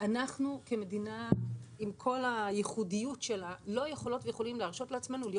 אנחנו אמורות להיות עם אוטובוסים עירוניים חשמליים